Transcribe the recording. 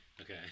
Okay